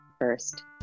first